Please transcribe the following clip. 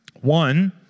One